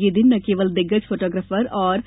ये दिन न केवल दिग्गज फोटोग्राफर और